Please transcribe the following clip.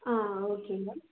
ஆ ஓகேங்க